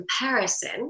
comparison